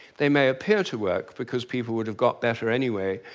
they may appear to work because people would have got better anyway,